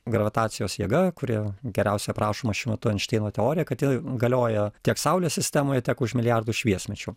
gravitacijos jėga kuri geriausiai aprašoma šiuo metu einšteino teorija kad ji galioja tiek saulės sistemoj tiek už milijardų šviesmečių